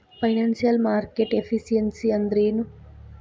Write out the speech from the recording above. Financial market efficiency ಅಂದ್ರೇನು?